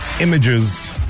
images